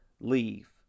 leave